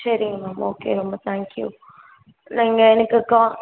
சரிங்க ma'am okay ரொம்ப thank you நீங்கள் எனக்கு கா